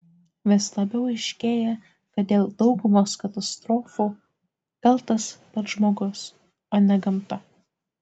vis labiau aiškėja kad dėl daugumos katastrofų kaltas pats žmogus o ne gamta